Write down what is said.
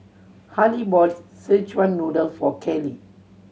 Halle bought Szechuan Noodle for Kelley